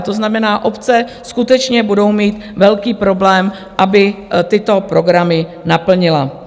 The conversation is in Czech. To znamená, obce skutečně budou mít velký problém, aby tyto programy naplnily.